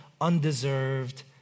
undeserved